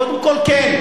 קודם כול כן,